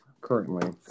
currently